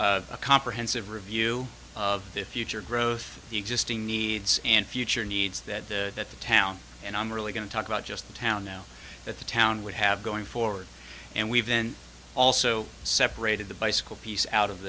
a comprehensive review of the future growth of the existing needs and future needs that the that the town and i'm really going to talk about just the town now that the town would have going forward and we've been also separated the bicycle piece out of